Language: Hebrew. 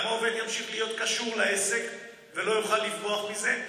גם העובד ימשיך להיות קשור לעסק ולא יוכל לברוח מזה.